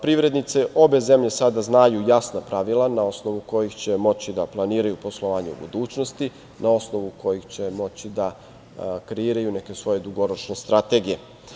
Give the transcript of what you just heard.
Privrednice obe zemlje sada znaju jasna pravila na osnovu kojih će moći da planiraju poslovanje u budućnosti na osnovu kojih će moći da kreiraju neke svoje dugoročne strategije.